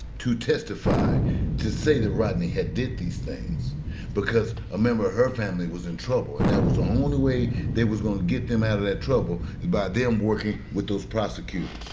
to testify to say that rodney had did these things because a member of her family was in trouble. and that was the only way they was going to get them out of that trouble by them working with those prosecutors.